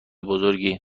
بزرگی